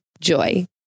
Joy